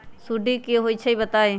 सुडी क होई छई बताई?